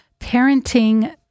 parenting